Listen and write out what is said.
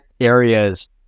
areas